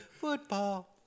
Football